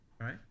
right